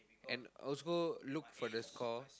and also look for the score